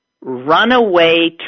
Runaway